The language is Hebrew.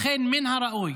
לכן, מן הראוי